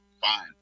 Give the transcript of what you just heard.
fine